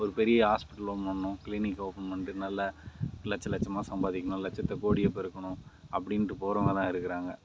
ஒரு பெரிய hospital open பண்ணணும் கிளீனிக் ஓப்பன் பண்ணிட்டு நல்ல லட்சம் லட்சமாக சம்பாதிக்கணும் லட்சத்தை கோடியாக பெருக்கணும் அப்படின்ட்டு போகிறவங்க தான் இருக்கிறாங்க